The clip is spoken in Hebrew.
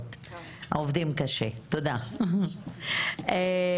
אנחנו במועצה לשלום הילד מזהים את הנושא הזה כנושא